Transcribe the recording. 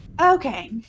Okay